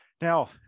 Now